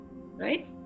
right